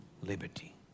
liberty